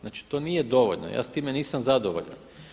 Znači to nije dovoljno, ja s time nisam zadovoljan.